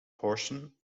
portion